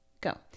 go